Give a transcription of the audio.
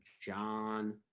John